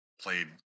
played